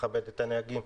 לכבד את הנהגים,